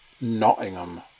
Nottingham